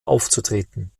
aufzutreten